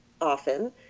often